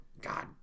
god